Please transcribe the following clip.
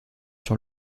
sur